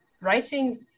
writing